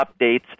updates